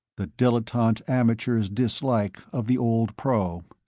the dilettante amateur's dislike of the old pro.